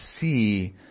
see